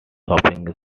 shopping